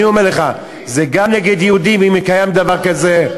אני אומר לך, זה גם נגד יהודים, אם קיים דבר כזה,